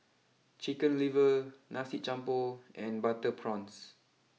Chicken liver Nasi Campur and Butter Prawns